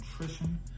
nutrition